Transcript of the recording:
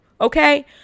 Okay